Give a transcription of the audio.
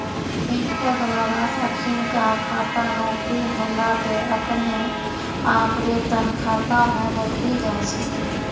बैंको द्वारा अखिनका खाता नौकरी होला पे अपने आप वेतन खाता मे बदली जाय छै